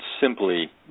simply